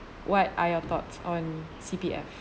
what are your thoughts on C_P_F